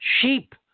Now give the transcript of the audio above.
sheep